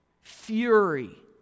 fury